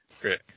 Great